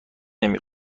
نمی